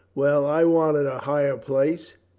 well. i wanted a higher place.